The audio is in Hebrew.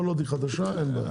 כל עוד חדשה אין בעיה.